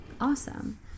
awesome